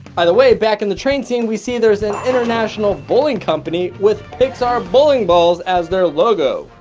either way, back in the train scene, we see there's an international bowling company, with pixar bowling balls as their logo.